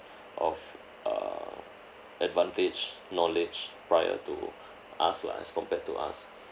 of err advantage knowledge prior to us lah as compared to us